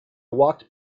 walked